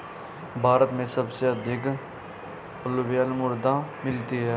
भारत में सबसे अधिक अलूवियल मृदा मिलती है